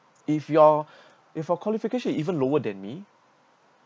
if your if your qualification even lower than me